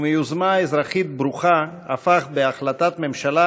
ומיוזמה אזרחית ברוכה הפך בהחלטת הממשלה